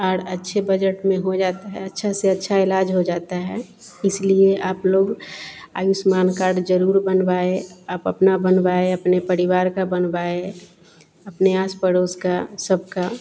और अच्छे बजट में हो जाता है अच्छा से अच्छा इलाज हो जाता है इसलिए आप लोग आयुष्मान कार्ड ज़रूर बनवाए आप अपना बनवाए अपने परिवार का बनवाए अपने आस पड़ोस का सबका